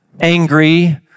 Angry